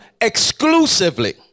exclusively